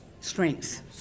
strengths